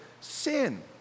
sin